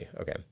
okay